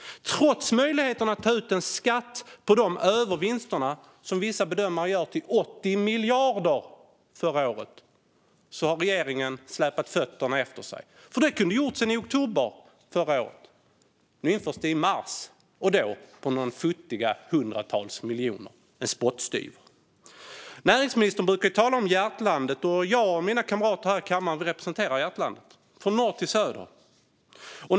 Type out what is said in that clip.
Trots möjligheten att ta ut en skatt på de övervinster som enligt vissa bedömares uppskattning uppgick till 80 miljarder förra året har regeringen släpat fötterna efter sig. Detta kunde ha gjorts sedan oktober förra året. Nu införs det i mars, och då på några futtiga hundratal miljoner - en spottstyver. Näringsministern brukar tala om hjärtlandet. Jag och mina kamrater här i kammaren representerar hjärtlandet, från norr till söder.